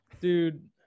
dude